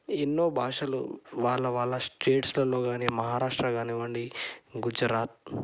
ఎన్నో భాషలు వాళ్ళ వాళ్ళ స్టేట్స్లలో కానీ మహారాష్ట్ర కానివ్వండి గుజరాత్